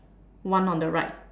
one on the right